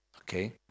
Okay